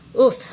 Oof